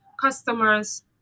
customers